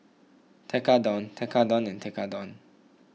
Tekkadon Tekkadon Tekkadon